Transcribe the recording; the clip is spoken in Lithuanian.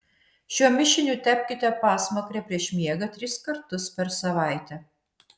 šiuo mišiniu tepkite pasmakrę prieš miegą tris kartus per savaitę